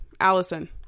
Allison